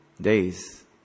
days